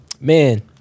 man